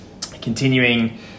continuing